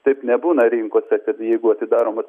taip nebūna rinkose kad jeigu atidaroma